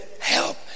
help